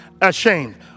ashamed